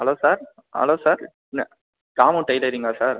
hello sir hello sir சாமு டைலரிங்கா sir